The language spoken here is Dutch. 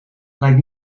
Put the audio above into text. lijkt